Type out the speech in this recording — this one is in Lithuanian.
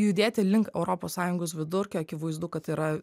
judėti link europos sąjungos vidurkio akivaizdu kad tai yra